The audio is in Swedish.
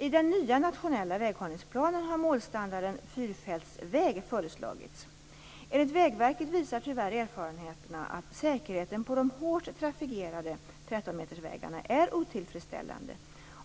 I den nya nationella väghållningsplanen har målstandarden fyrfältsväg föreslagits. Enlig Vägverket visar tyvärr erfarenheterna att säkerheten på de hårt trafikerade 13-metersvägarna är otillfredsställande,